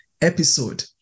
episode